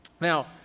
Now